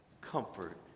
comfort